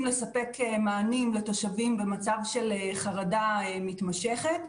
לספק מענים לתושבים במצב של חרדה מתמשכת.